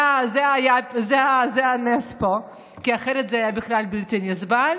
זה הנס פה, כי אחרת זה היה בכלל בלתי נסבל.